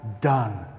done